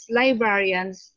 librarians